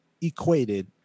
equated